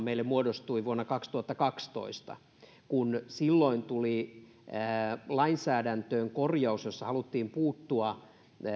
meille muodostui vuonna kaksituhattakaksitoista kun silloin tuli lainsäädäntöön korjaus jossa haluttiin puuttua